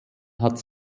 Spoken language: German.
hat